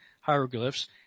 hieroglyphs